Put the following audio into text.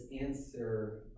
answer